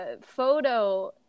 photo